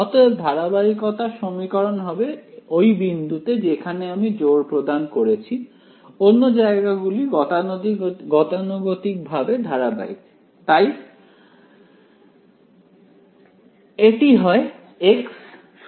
অতএব ধারাবাহিকতার সমীকরণ হবে ওই বিন্দুতে যেখানে আমি জোর প্রদান করেছি অন্য জায়গা গুলি গতানুগতিক ভাবে ধারাবাহিক তাই এটি হয় xx' এ